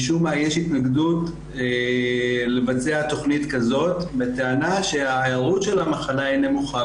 יש התנגדות לבצע תוכנית כזאת בטענה שההיארעות של המחלה היא נמוכה,